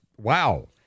Wow